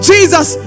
Jesus